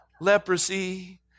Leprosy